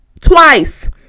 Twice